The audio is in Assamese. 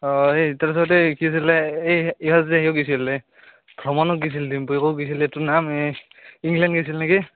অঁ এই তাৰপিছত এই কি আছিলে এই ইহঁত যে এই গৈছিলে ভ্ৰমণত গৈছিল ডিম্পুৱে ক'ত গৈছিল এইটোৰ নাম এই ইংলেণ্ড গৈছিল নেকি